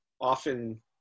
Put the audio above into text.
often